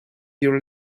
your